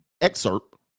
excerpt